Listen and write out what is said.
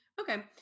Okay